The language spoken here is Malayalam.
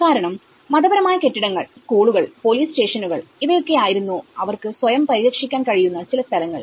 കാരണം മതപരമായ കെട്ടിടങ്ങൾ സ്കൂളുകൾ പോലീസ് സ്റ്റേഷനുകൾ ഇവയൊക്കെ ആയിരുന്നു അവർക്ക് സ്വയം പരിരക്ഷിക്കാൻ കഴിയുന്ന ചില സ്ഥലങ്ങൾ